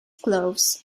gloves